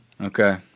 Okay